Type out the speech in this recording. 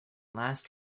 last